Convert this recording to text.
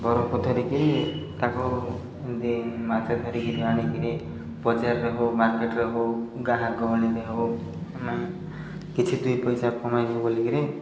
ବରଫ ଧରି କରି ତାକୁ ଏ ମାଛ ଧରି କରି ଆଣି କରି ବଜାରରେ ହଉ ମାର୍କେଟରେ ହଉ ଗାଁ ଗହଳିରେ ହଉ ଆମେ କିଛି ଦୁଇ ପଇସା କମାଇବୁ ବୋଲି କରି